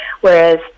whereas